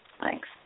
thanks